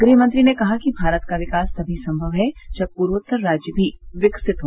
गृहमंत्री ने कहा कि भारत का विकास तभी संभव है जब पूर्वोत्तर राज्य भी विकसित हो